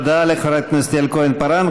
תודה לחברת הכנסת יעל כהן-פארן.